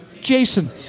Jason